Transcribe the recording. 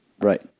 right